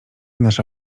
nasza